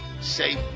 safe